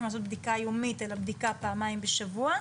לעשות בדיקה יומית אלא בדיקה פעמיים בשבוע.